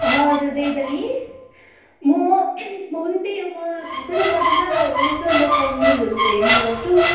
हजुर त्यही त नि म म पनि त्यही हो म खासै त पढ्दिनँ र भए पनि यसो लोकल न्युजहरू हेर्ने गर्छु